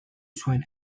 zuen